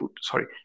sorry